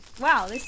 Wow